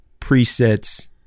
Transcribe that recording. presets